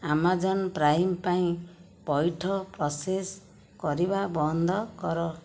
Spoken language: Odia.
ଆମାଜନ୍ ପ୍ରାଇମ୍ ପାଇଁ ପଇଠ ପ୍ରୋସେସ୍ କରିବା ବନ୍ଦ କର